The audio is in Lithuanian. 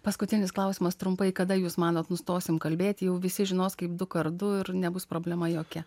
paskutinis klausimas trumpai kada jūs manot nustosim kalbėt jau visi žinos kaip du kart du ir nebus problema jokia